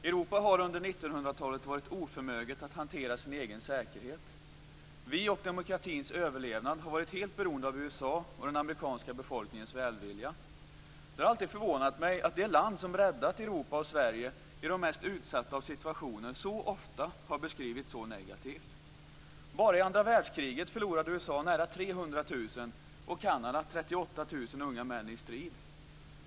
Fru talman! Europa har under 1900-talet varit oförmöget att hantera sin egen säkerhet. Vi och demokratins överlevnad har varit helt beroende av USA och den amerikanska befolkningens välvilja. Det har alltid förvånat mig att det land som räddat Europa och Sverige ur de mest utsatta situationer så ofta har beskrivits så negativt. Bara i andra världskriget förlorade USA nära 300 000 och Kanada 38 000 unga män i strid.